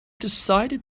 decided